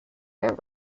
their